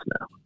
now